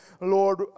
Lord